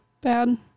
bad